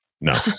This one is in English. no